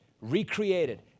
recreated